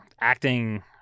acting